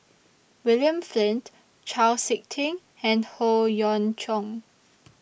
William Flint Chau Sik Ting and Howe Yoon Chong